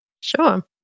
Sure